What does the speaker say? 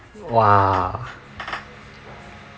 !wah!